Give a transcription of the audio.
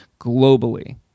globally